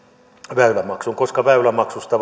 väylämaksun koska väylämaksusta